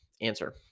Answer